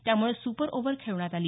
त्यामुळे super over खेळवण्यात आली